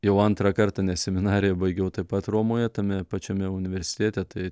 jau antrą kartą nes seminariją baigiau taip pat romoje tame pačiame universitėte tai